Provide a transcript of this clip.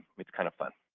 it's kind of fun,